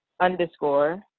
underscore